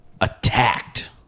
Attacked